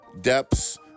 depths